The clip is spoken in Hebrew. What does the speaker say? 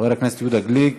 חברי הכנסת יהודה גליק,